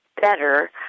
better